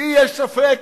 ההסכם,